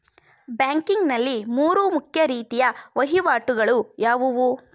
Banking ನಲ್ಲಿ ಮೂರು ಮುಖ್ಯ ರೀತಿಯ ವಹಿವಾಟುಗಳು ಯಾವುವು?